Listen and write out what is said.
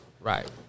Right